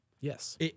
Yes